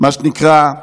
מה שנקרא,